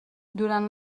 durant